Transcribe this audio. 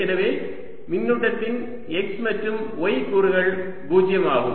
எனவே மின்னூட்டத்தின் x மற்றும் y கூறுகள் 0 ஆகும்